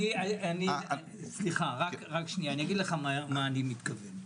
אגיד לך מה אני מתכוון.